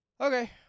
Okay